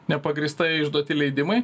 nepagrįstai išduoti leidimai